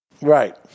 Right